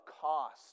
cost